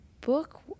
book